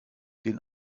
den